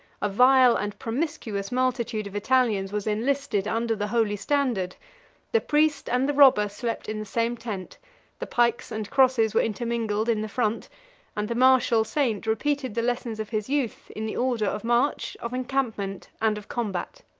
a vile and promiscuous multitude of italians was enlisted under the holy standard the priest and the robber slept in the same tent the pikes and crosses were intermingled in the front and the martial saint repeated the lessons of his youth in the order of march, of encampment, and of combat.